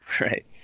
Right